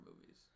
movies